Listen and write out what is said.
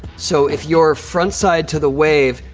so if you're front side to the wave,